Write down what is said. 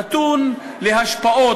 נתון להשפעות,